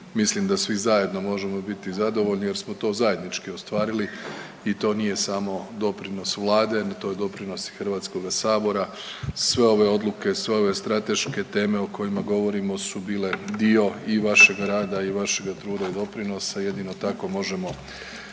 mislim da svi zajedno možemo biti zadovoljni jer smo to zajednički ostvarili i to nije samo doprinos vlade nego to je doprinos i HS, sve ove odluke, sve ove strateške teme o kojima govorimo su bile dio i vašega rada i vašega truda i doprinosa i jedino tako možemo